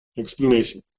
explanation